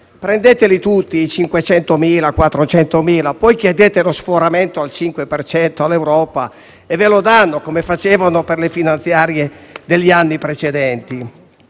prendeteli tutti i 500.000, i 400.000, poi chiedete lo sforamento al 5 per cento all'Europa e ve lo daranno, come facevano per le finanziarie degli anni precedenti.